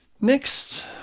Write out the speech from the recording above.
next